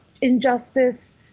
injustice